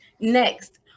Next